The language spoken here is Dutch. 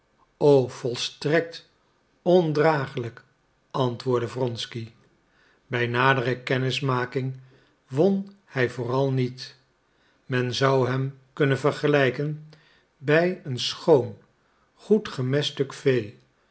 o volstrekt ondragelijk antwoordde wronsky bij nadere kennismaking won hij vooral niet men zou hem kunnen vergelijken bij een schoon goed gemest stuk vee